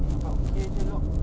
nampak okay jer lock